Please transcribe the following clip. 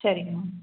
சரிங்க மேம்